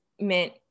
meant